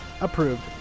approved